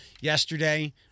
yesterday